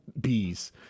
bees